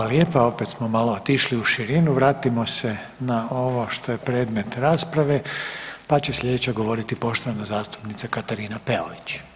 Hvala lijepo, opet smo malo otišli u širinu, vratimo se na ovo što je predmet rasprave, pa će slijedeća govoriti poštovana zastupnica Katarina Peović.